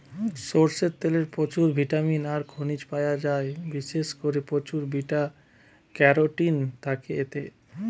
সরষের তেলে প্রচুর ভিটামিন আর খনিজ পায়া যায়, বিশেষ কোরে প্রচুর বিটা ক্যারোটিন থাকে এতে